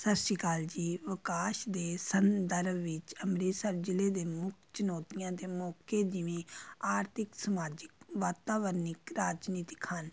ਸਤਿ ਸ਼੍ਰੀ ਅਕਾਲ ਜੀ ਵਿਕਾਸ ਦੇ ਸੰਦਰਭ ਵਿੱਚ ਅੰਮ੍ਰਿਤਸਰ ਜ਼ਿਲ੍ਹੇ ਦੇ ਮੁੱਖ ਚੁਣੌਤੀਆਂ ਦੇ ਮੌਕੇ ਜਿਵੇਂ ਆਰਥਿਕ ਸਮਾਜਿਕ ਵਾਤਾਵਰਨਿਕ ਰਾਜਨੀਤਿਕ ਹਨ